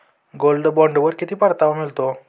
Gold बॉण्डवर किती परतावा मिळतो?